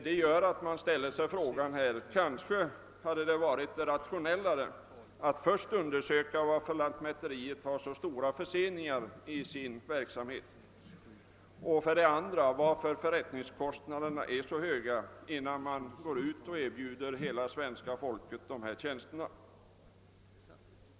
Detta gör att man undrar om det inte hade varit mera rationellt att först undersöka varför lantmäteriet har så stora förseningar i sin verksamhet och varför förrättningskostnaderna är så höga, innan man går ut och erbjuder hela svenska folket dessa tjänster.